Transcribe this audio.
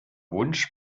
wunsch